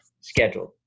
scheduled